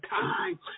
time